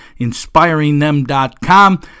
inspiringthem.com